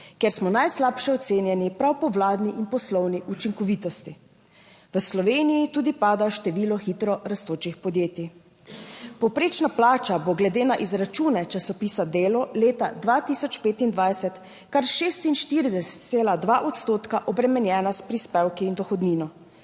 kjer smo najslabše ocenjeni prav po vladni in poslovni učinkovitosti. V Sloveniji tudi pada število hitro rastočih podjetij. Povprečna plača bo glede na izračune časopisa Delo leta 2025 kar 46,2 odstotka obremenjena s prispevki in dohodnino.